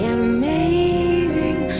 amazing